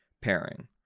pairing